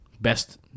best